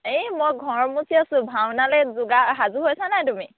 এই মই ঘৰ মুচি আছো ভাওনালৈ যোগাৰ সাজু হৈছা নাই তুমি